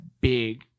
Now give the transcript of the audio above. big